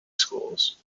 schools